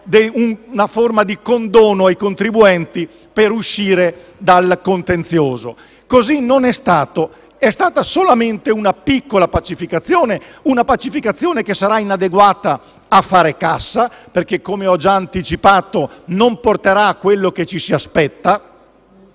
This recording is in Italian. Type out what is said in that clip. una forma di condono ai contribuenti per uscire dal contenzioso. Così non è stato. È stata solamente una piccola pacificazione che sarà inadeguata a fare cassa perché, come ho già anticipato, non porterà ciò che ci si aspetta.